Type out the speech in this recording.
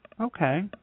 Okay